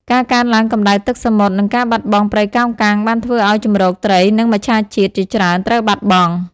ការកើនឡើងកម្ដៅទឹកសមុទ្រ និងការបាត់បង់ព្រៃកោងកាង បានធ្វើឱ្យជម្រកត្រីនិងមច្ឆជាតិជាច្រើនត្រូវបាត់បង់។